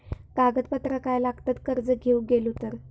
कागदपत्रा काय लागतत कर्ज घेऊक गेलो तर?